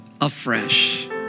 afresh